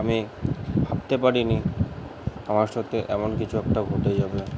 আমি ভাবতে পারিনি আমার সথে এমন কিছু একটা ঘটে যাবে